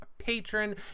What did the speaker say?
patron